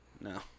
No